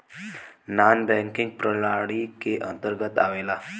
नानॅ banking प्रणाली के अंतर्गत आवेला